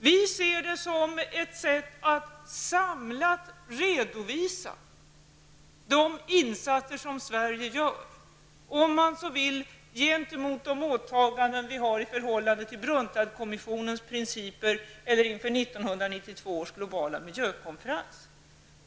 Vi ser det som ett sätt att samlat redovisa de insatser som Sverige gör gentemot de åtaganden vi har i förhållande till Brundtlandkommissionens principer och inför 1992 års globala miljökonferens.